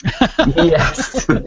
Yes